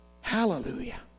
Hallelujah